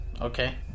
Okay